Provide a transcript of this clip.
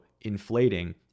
inflating